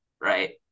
right